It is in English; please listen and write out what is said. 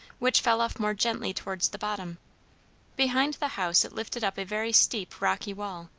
which fell off more gently towards the bottom behind the house it lifted up a very steep, rocky wall,